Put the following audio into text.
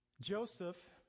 Joseph